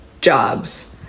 jobs